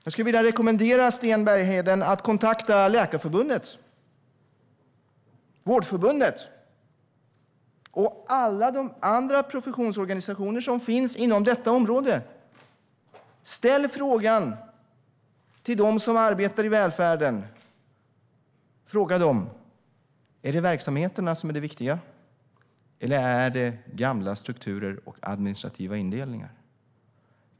Jag skulle vilja rekommendera Sten Bergheden att kontakta Läkarförbundet, Vårdförbundet och alla de andra professionsorganisationer som finns inom detta område. Ställ frågan till dem som arbetar i välfärden: Är det verksamheterna som är det viktiga, eller är det gamla strukturer och administrativa indelningar?